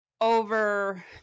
Over